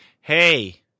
hey